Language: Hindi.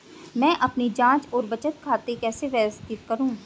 मैं अपनी जांच और बचत खाते कैसे व्यवस्थित करूँ?